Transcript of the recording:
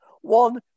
One